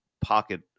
pocket